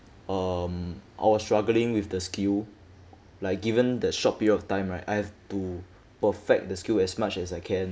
um I was struggling with the skill like given that short period of time right I've to perfect the skill as much as I can